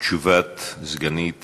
תשובת סגנית